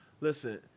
Listen